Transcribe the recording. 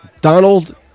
Donald